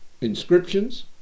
inscriptions